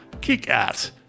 Kick-Ass